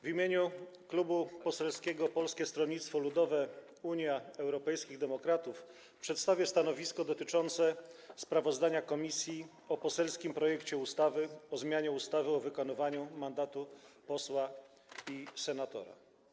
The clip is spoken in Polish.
W imieniu Klubu Poselskiego Polskiego Stronnictwa Ludowego - Unii Europejskich Demokratów przedstawię stanowisko dotyczące sprawozdania komisji o poselskim projekcie ustawy o zmianie ustawy o wykonywaniu mandatu posła i senatora.